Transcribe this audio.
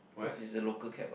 because it's a local cab ah